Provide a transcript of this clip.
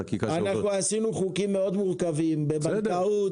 חקיקה --- עשינו חוקים מורכבים מאוד בבנקאות